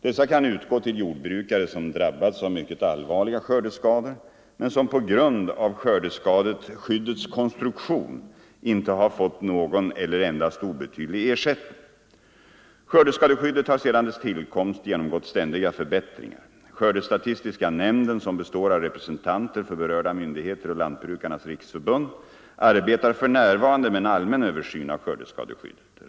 Dessa kan utgå till jordbrukare som drabbats av mycket allvarliga skördeskador men som på grund av skördeskadeskyddets konstruktion inte har fått någon eller endast obetydlig ersättning. Skördeskadeskyddet har sedan sin tillkomst genomgått ständiga förbättringar. Skördestatistiska nämnden, som består av representanter för berörda myndigheter och Lantbrukarnas riksförbund, arbetar för närvarande med en allmän översyn av skördeskadeskyddet.